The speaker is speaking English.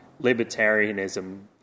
libertarianism